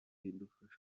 bizadufasha